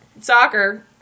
soccer